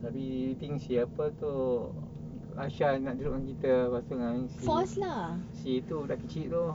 tapi you think siapa tu aisyah nak duduk dengan kita lepas tu dengan tu si si tu budak kecil tu